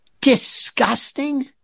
disgusting